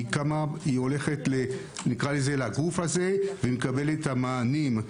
היא הולכת לגוף הזה לקבל את המענים.